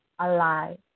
alive